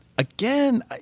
Again